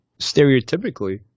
stereotypically